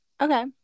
Okay